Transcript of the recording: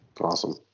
Awesome